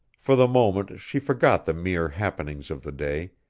for the moment she forgot the mere happenings of the day,